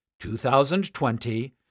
2020